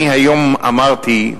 אני היום אמרתי,